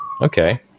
Okay